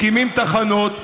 מקימים תחנות,